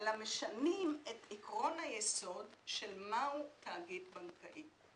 אלא משנים את עיקרון היסוד של מהו תאגיד בנקאי.